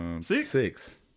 six